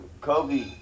Kobe